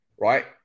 right